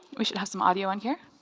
we should have some audio in here.